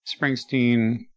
Springsteen